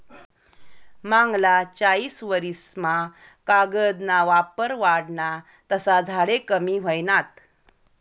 मांगला चायीस वरीस मा कागद ना वापर वाढना तसा झाडे कमी व्हयनात